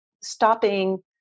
stopping